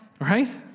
Right